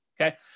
okay